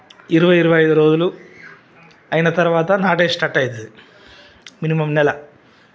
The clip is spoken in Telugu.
ఇరవై ఇరవై ఐదు రోజులు అయిన తర్వాత నాదే స్టర్ట్ అయితాది మినిమమ్ నెల